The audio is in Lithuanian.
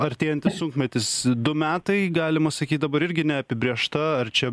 artėjantis sunkmetis du metai galima sakyt dabar irgi neapibrėžta ar čia